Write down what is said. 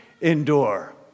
endure